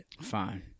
Fine